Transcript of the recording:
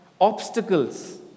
obstacles